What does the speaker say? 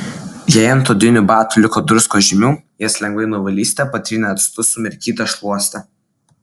jei ant odinių batų liko druskos žymių jas lengvai nuvalysite patrynę actu sumirkyta šluoste